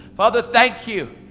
father, thank you,